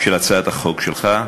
של הצעת החוק שלך,